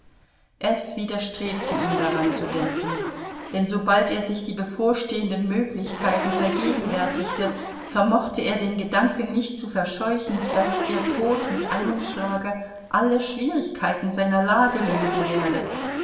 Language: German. es widerstrebte ihm daran zu denken denn sobald er sich die bevorstehenden möglichkeiten vergegenwärtigte vermochte er den gedanken nicht zu verscheuchen daß ihr tod mit einem schlage alle schwierigkeiten seiner lage lösen würde